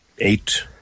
eight